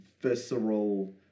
visceral